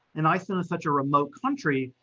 and iceland is such a remote country,